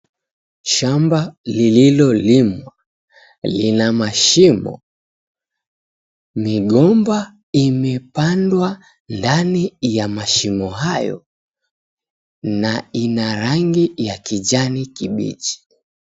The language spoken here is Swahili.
Shamba lililolimwa, lina mashimo. Migomba imepandwa ndani ya mashimo hayo na ina rangi ya kijani kibichi.